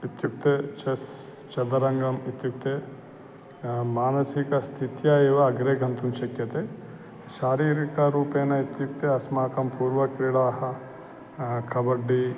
इत्युक्ते चेस् चतुरङ्गम् इत्युक्ते मानसिकस्थित्या एव अग्रे गन्तुं शक्यते शारीरिकरूपेण इत्युक्ते अस्माकं पूर्वक्रीडाः कबड्डि